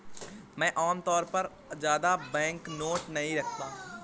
मैं आमतौर पर ज्यादा बैंकनोट नहीं रखता